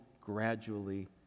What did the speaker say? gradually